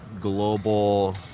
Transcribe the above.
global